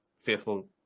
faithful